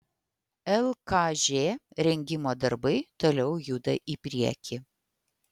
lkž rengimo darbai toliau juda į priekį